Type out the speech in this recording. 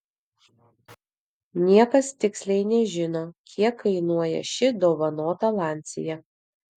niekas tiksliai nežino kiek kainuoja ši dovanota lancia